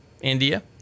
India